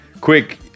Quick